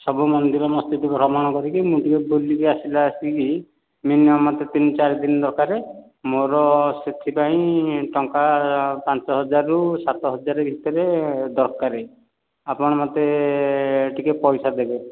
ସବୁ ମନ୍ଦିର ମସ୍ଜିଦ୍ ଭ୍ରମଣ କରିକି ମୁଁ ଟିକିଏ ବୁଲିକି ଆସିଲେ ଆସିବି ମିନିମମ୍ ମୋତେ ତିନି ଚାରି ଦିନ ଦରକାର ମୋର ସେଥିପାଇଁ ଟଙ୍କା ପାଞ୍ଚ ହଜାରରୁ ସାତ ହଜାର ଭିତରେ ଦରକାର ଆପଣ ମୋତେ ଟିକିଏ ପଇସା ଦେବେ